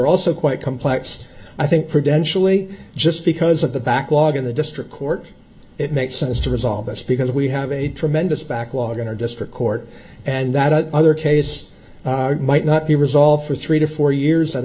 also quite complex i think credentialing just because of the backlog in the district court it makes sense to resolve this because we have a tremendous backlog in our district court and that other case might not be resolved for three to four years at a